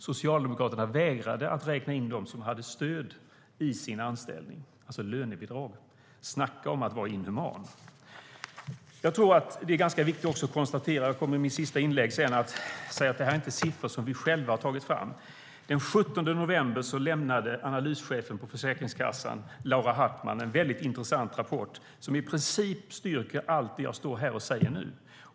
Socialdemokraterna vägrade att räkna dem som hade stöd i sin anställning, det vill säga lönebidrag. Snacka om att vara inhuman! Det är viktigt att konstatera att vi inte själva har tagit fram dessa siffror. Den 17 november lämnade analyschefen på Försäkringskassan, Laura Hartman, en intressant rapport som i princip styrker allt det jag säger nu.